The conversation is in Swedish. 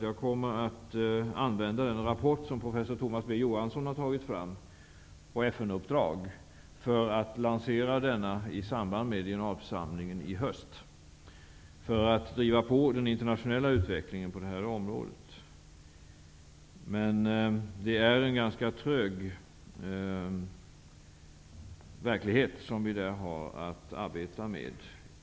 Jag kommer att använda den rapport som professor Thomas B. Johansson har tagit fram på FN:s uppdrag för att lansera denna i samband med generalförsamlingen i höst i syfte att driva på den internationella utvecklingen på det här området. Men det är en ganska trög verklighet som vi där har att arbeta med.